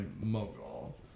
mogul